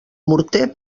morter